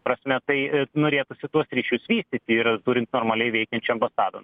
prasme tai a norėtųsi tuos ryšius vystyti ir turint normaliai veikiančią ambasadą